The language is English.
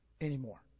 anymore